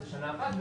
שנה אחת,